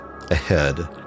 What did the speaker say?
ahead